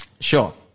sure